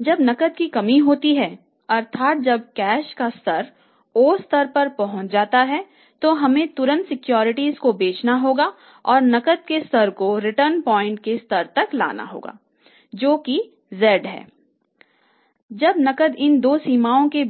जब नकद की कमी होती है अर्थात जब कैश का स्तर o स्तर पर पहुंच जाता है तो हमें तुरंत सिक्योरिटी को बेचना होगा और नकद के स्तर को रिटर्न पॉइंट